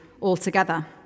altogether